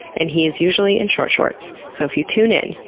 and he is usually in short shorts. so if you tune in,